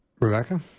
Rebecca